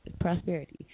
prosperity